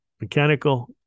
mechanical